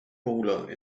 bowler